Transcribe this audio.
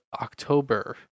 October